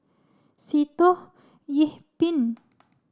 Sitoh Yih Pin